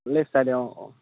left চাইডে অঁ অঁ